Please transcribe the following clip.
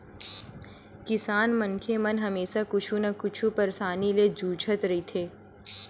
किसान मनखे मन हमेसा कुछु न कुछु परसानी ले जुझत रहिथे